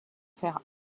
faire